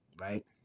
Right